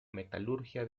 metalurgia